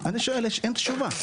אני שואל ואין תשובה.